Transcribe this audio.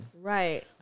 Right